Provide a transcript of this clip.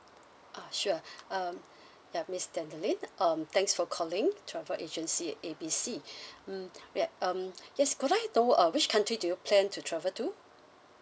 ah sure um ya miss danderlin um thanks for calling travel agency A B C mm we're um yes could I know uh which country do you plan to travel to